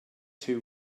too